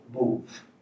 move